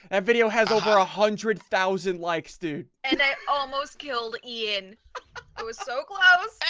and video has over a hundred thousand likes dude. and it almost killed ian it was so close.